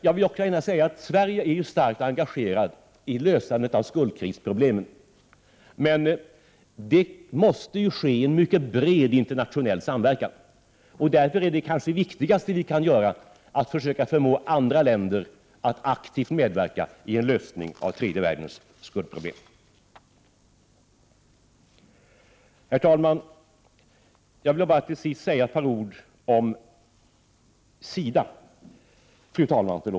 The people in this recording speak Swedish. Jag vill gärna säga att Sverige är starkt engagerat i lösningen av skuldkrisproblemen, men att det är något som måste ske i en mycket bred internationell samverkan. Därför är det kanske viktigaste vi kan göra att försöka förmå andra länder att aktivt medverka i en lösning av tredje världens skuldproblem. Fru talman! Jag vill bara till sist säga ett par ord om SIDA.